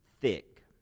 thick